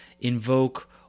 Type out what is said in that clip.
invoke